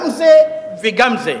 גם זה וגם זה.